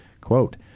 Quote